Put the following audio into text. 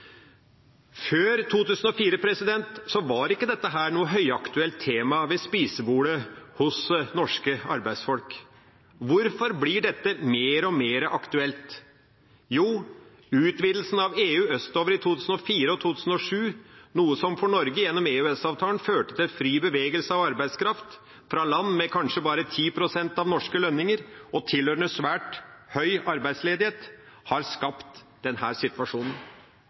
Før 2004 var ikke dette noe høyaktuelt tema ved spisebordet hos norske arbeidsfolk. Hvorfor blir dette mer og mer aktuelt? Jo, utvidelsen av EU østover i 2004 og i 2007 var noe som for Norge – gjennom EØS-avtalen – førte til fri bevegelse av arbeidskraft fra land med kanskje bare 10 pst. av norske lønninger og tilhørende svært høy arbeidsledighet. Det har skapt denne situasjonen.